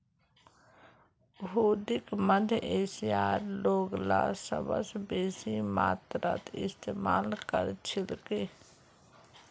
हुंडीक मध्य एशियार लोगला सबस बेसी मात्रात इस्तमाल कर छिल की